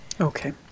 Okay